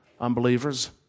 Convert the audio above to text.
unbelievers